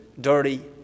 dirty